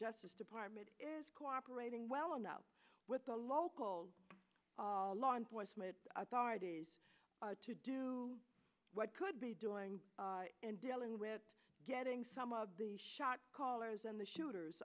justice department is cooperating well enough with the local law enforcement authorities to do what could be doing in dealing with getting some of the shot callers and the shooters